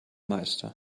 meister